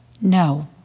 No